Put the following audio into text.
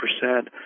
percent